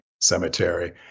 cemetery